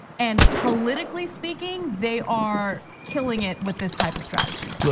and politically speaking, they are killing it with this type of strategy. yeah